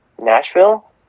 Nashville